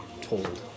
told